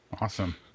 Awesome